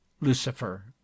lucifer